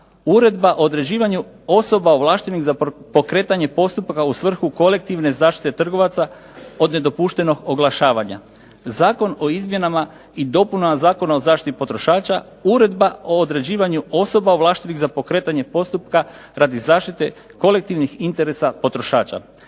Uredba o određivanju osoba ovlaštenih za pokretanje postupka u svrhu kolektivne zaštite trgovaca od nedopuštenog oglašavanja, Zakon o izmjenama i dopunama Zakona o zaštiti potrošača, Uredba o određivanju osoba ovlaštenih za pokretanje postupka radi zaštite kolektivnih interesa potrošača.